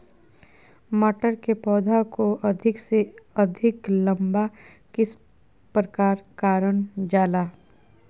मटर के पौधा को अधिक से अधिक लंबा किस प्रकार कारण जाला?